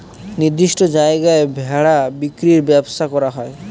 নির্দিষ্ট জায়গায় ভেড়া বিক্রির ব্যবসা করা হয়